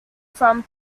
from